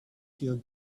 feel